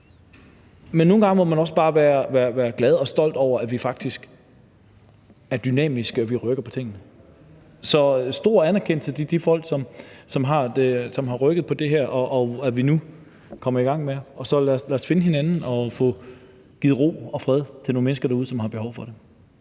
men nogle gange må man også bare være glad og stolt over, at vi faktisk er dynamiske, og at vi rykker på tingene. Så stor anerkendelse til de folk, som har rykket på det her, og for, at vi nu kommer i gang med det. Lad os finde hinanden og få givet ro og fred til nogle mennesker derude, som har behov for det.